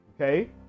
Okay